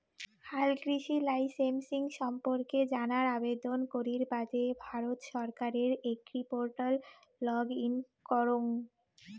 হালকৃষি লাইসেমসিং সম্পর্কে জানার আবেদন করির বাদে ভারত সরকারের এগ্রিপোর্টাল লগ ইন করঙ